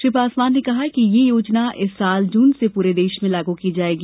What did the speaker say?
श्री पासवान ने कहा कि ये योजना इस वर्ष जून से पूरे देश में लागू की जाएगी